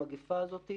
המגפה הזאת,